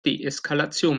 deeskalation